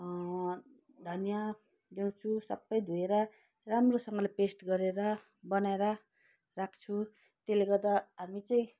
धनियाँ ल्याउँछु सबै धोएर राम्रोसँगले पेस्ट गरेर बनाएर राख्छु त्यसले गर्दा हामी चाहिँ